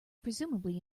presumably